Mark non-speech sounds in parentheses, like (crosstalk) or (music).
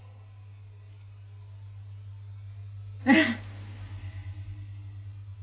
(laughs)